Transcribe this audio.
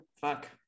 Fuck